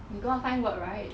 you gonna find work right